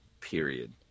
period